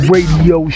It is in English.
Radio